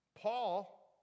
Paul